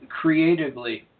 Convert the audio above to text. creatively